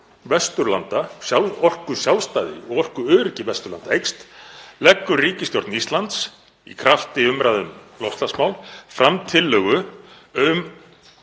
Vesturlanda, orkusjálfstæði og orkuöryggi Vesturlanda eykst leggur ríkisstjórn Íslands, í krafti umræðu um loftslagsmál, fram tillögu um